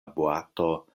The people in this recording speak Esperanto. boato